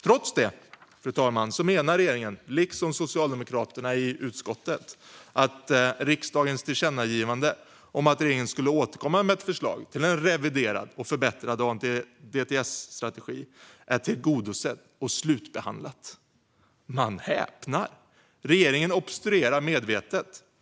Trots det menar regeringen, liksom Socialdemokraterna i socialutskottet, att riksdagens tillkännagivande om att regeringen skulle återkomma med förslag till en reviderad och förbättrad ANDTS-strategi är tillgodosett och slutbehandlat. Man häpnar! Regeringen obstruerar medvetet.